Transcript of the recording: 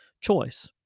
choice